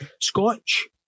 Scotch